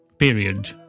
period